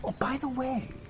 ah by the way,